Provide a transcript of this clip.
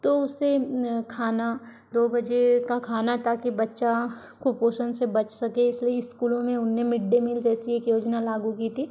तो उसे खाना दो बजे का खाना ताकि बच्चा कुपोषण से बच सके इसलिए स्कूलों में उन्हें मिड डे मील जैसी एक योजना लागू की थी